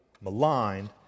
maligned